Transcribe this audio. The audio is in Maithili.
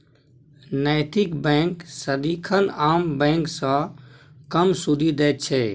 नैतिक बैंक सदिखन आम बैंक सँ कम सुदि दैत छै